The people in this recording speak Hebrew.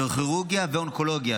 נוירוכירורגיה ואונקולוגיה,